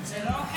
הינה,